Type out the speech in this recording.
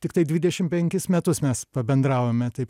tiktai dvidešim penkis metus mes pabendravome taip